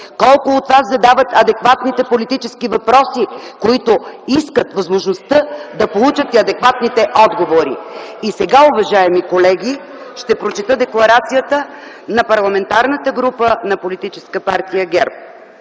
Колко от вас задават адекватните политически въпроси, които изискват и възможност да получат и адекватните отговори?! (Шум и реплики.) И сега, уважаеми колеги, че прочета Декларацията на Парламентарната група на политическа партия ГЕРБ: